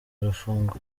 arafungwa